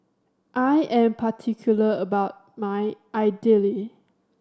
I am particular about my Idili